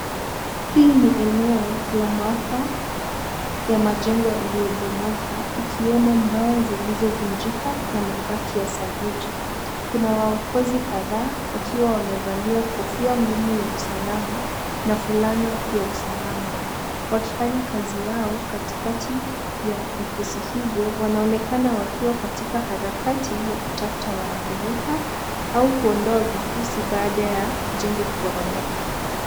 Hii ni eneo la maafa ya majengo yaliyobomoka ikiwemo mbao zilizovunjika na mabaki ya saruji .Kuna waokozi kadhaa wakiwa wamevalia kofia ngumu ya usalama na fulana ya usalama wakifanya kazi yao katikati ya vifusi hivyo wanaonekana wakiwa katika, harakati ya kutafuta waathirika ama kuondoa vifusi baada ya jengo kuboromoka.